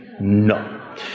no